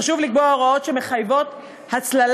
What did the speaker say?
חשוב לקבוע הוראות שמחייבות הצללה,